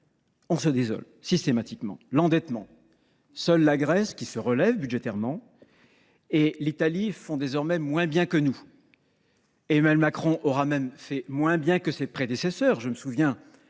on se désole systématiquement. Sur l’endettement, seules la Grèce, qui se relève budgétairement, et l’Italie font désormais moins bien que nous. Emmanuel Macron aura même fait moins bien que ses prédécesseurs. Je me souviens